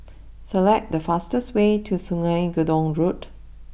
select the fastest way to Sungei Gedong Road